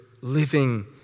living